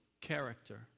character